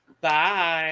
Bye